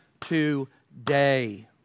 today